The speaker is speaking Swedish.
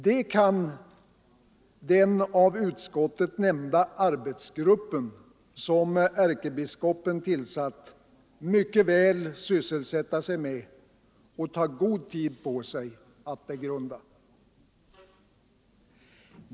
Detta kan den av utskottet nämnda arbetsgruppen som är 7 november 1974 kebiskopen tillsatt mycket väl sysselsätta sig med och ta god tid på sig att begrunda.